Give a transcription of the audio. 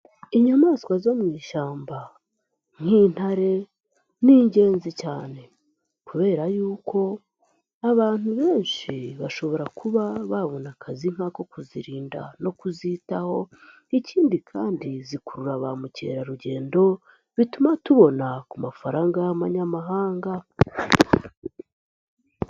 Inyamaswa zo mu ishyamba nk'intare ni ingenzi cyane kubera yuko abantu benshi bashobora kuba babona akazi nkako kuzirinda no kuzitaho ikindi kandi zikurura ba mukerarugendo bituma tubona ku mafaranga y'abanyamahanga.